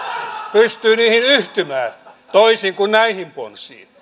pystyy niihin yhtymään toisin kuin näihin ponsiin